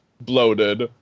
bloated